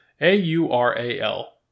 A-U-R-A-L